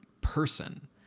person